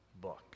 book